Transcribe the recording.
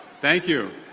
thank you.